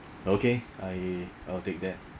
okay I I'll take that